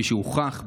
שכפי שהוכח,